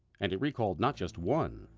and it recalled not just one,